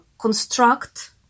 construct